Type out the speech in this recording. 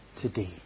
today